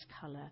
color